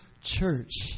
church